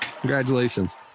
Congratulations